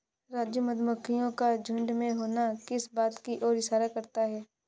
राजू मधुमक्खियों का झुंड में होना किस बात की ओर इशारा करता है?